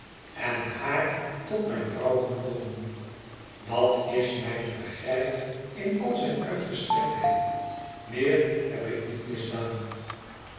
en haar tot mijn vrouw genomen dat's mijn vergrijp in al zijn uitgestrektheid meer heb ik niet misdaan